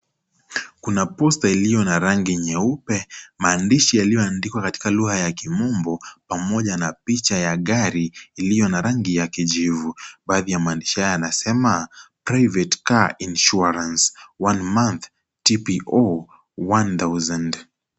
Kuna posta iliyo na rangi nyeupe maandishi yaliyoandikwa kwa lugha ya kimombo pamoja na gari iliyona rangi ya kijivu baadhi ya maandishi hayo yanasema private car insurance one month tpo one thousand .